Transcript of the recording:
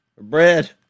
bread